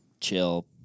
chill